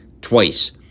twice